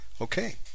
Okay